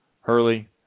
Hurley